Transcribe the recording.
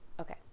okay